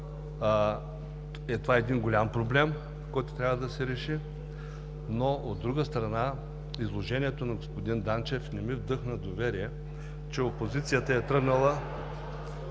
Това е един голям проблем, който трябва да се реши, но от друга страна, изложението на господин Данчев не ми вдъхна доверие, че опозицията е тръгнала…